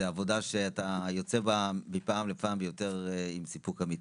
זו עבודה שאתה יוצא בה מפעם לפעם עם יותר סיפוק אמיתי.